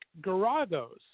Garagos